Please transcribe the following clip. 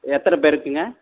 எத்தனை பேருக்குங்க